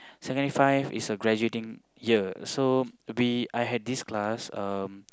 secondary five is a graduating year so we I had this class um